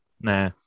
Nah